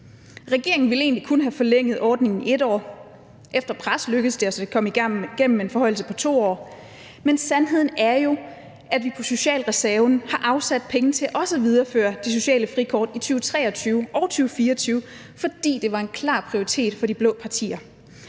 Regeringen ville egentlig kun have forlænget ordningen 1 år. Efter pres lykkedes det os at komme igennem med en forlængelse på 2 år. Men sandheden er jo, at vi på socialreserven har afsat penge til også at videreføre det sociale frikort i 2023 og 2024, fordi det var en klar prioritet for de blå partier.